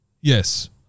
yes